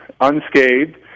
unscathed